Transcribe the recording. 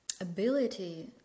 ability